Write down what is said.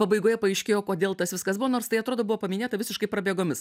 pabaigoje paaiškėjo kodėl tas viskas buvo nors tai atrodo buvo paminėta visiškai prabėgomis